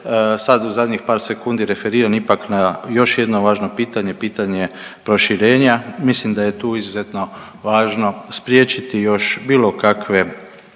sad u zadnjih par sekundi referiram ipak na još jedno važno pitanje, pitanje proširenja. Mislim da je tu izuzetno važno spriječiti još bilo kakve